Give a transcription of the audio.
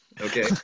Okay